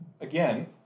Again